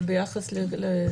אבל ביחס לצמיחה.